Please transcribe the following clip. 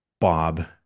Bob